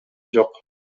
жок